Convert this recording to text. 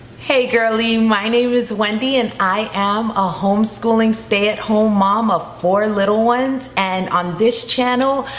hey girlie, my name is wendy and i am a homeschooling stay at home mom of four little ones. and on this channel,